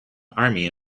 army